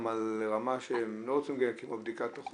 גם במרכזי ההכוון שלנו וגם באופן ניכר דרך תכנית